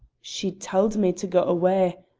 she tauld me to gae awa'.